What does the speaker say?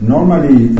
Normally